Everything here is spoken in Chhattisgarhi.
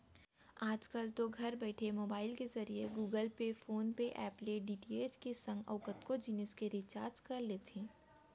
आजकल तो घर बइठे मोबईल के जरिए Google Pay, PhonePe app ले डी.टी.एच के संग अउ कतको जिनिस के रिचार्ज कर लेथे